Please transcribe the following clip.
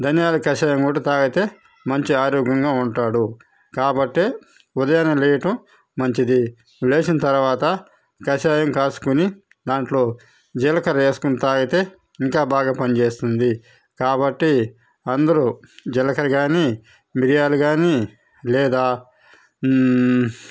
ధనియాల కషాయం కూడా తాగితే మంచి ఆరోగ్యంగా ఉంటాడు కాబట్టి ఉదయాన్నే లేవటం మంచిది లేచిన తరువాత కషాయం కాచుకుని దాంట్లో జీలకర్ర వేసుకుని తాగితే ఇంకా బాగా పనిచేస్తుంది కాబట్టి అందరూ జీలకర్రగాని మిరియాలు గాని లేదా